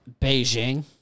Beijing